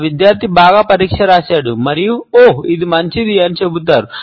ఈ విద్యార్థి బాగా పరీక్ష రాశాడు మరియు 'ఓహ్ ఇది మంచిది' అని చెబుతారు